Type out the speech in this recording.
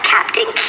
Captain